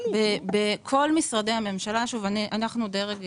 אנחנו דרג מקצועי.